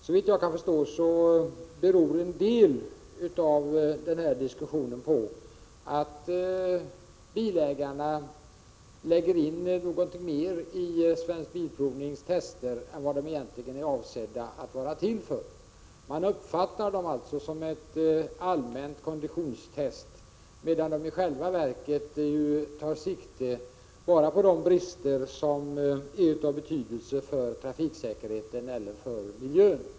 Såvitt jag kan förstå beror en del av denna diskussion på att bilägarna lägger in mer i Svensk Bilprovnings tester än vad dessa tester är avsedda för. Man uppfattar provningen som ett allmänt konditionstest, medan den i själva verket tar sikte bara på de brister som är av betydelse för trafiksäkerheten eller miljön.